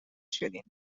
شدین